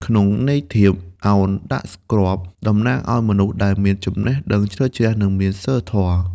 ក្នុងន័យធៀប «ឱនដាក់គ្រាប់» តំណាងឱ្យមនុស្សដែលមានចំណេះដឹងជ្រៅជ្រះ និងមានសីលធម៌។